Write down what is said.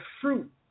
fruit